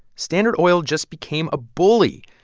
standard oil just became a bully.